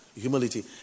humility